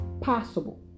possible